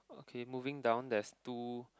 okay moving down there's two